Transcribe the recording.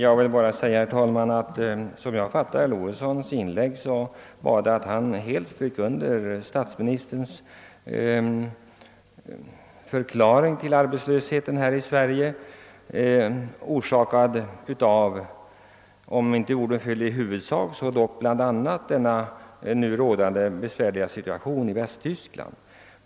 Herr talman! Som jag fattade herr Lorentzons inlägg underströk han helt statsministerns förklaring till arbetslösheten i Sverige, vilken alltså om inte i huvudsak så dock till en del skulle vara förorsakad av den rådande besvärliga situationen i Västtyskland.